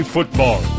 Football